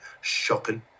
shocking